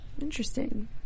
Interesting